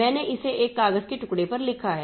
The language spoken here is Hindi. मैंने इसे एक कागज के टुकड़े पर लिखा है